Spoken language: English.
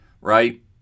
Right